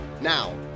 Now